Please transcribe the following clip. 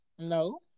No